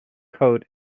coat